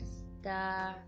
star